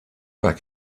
back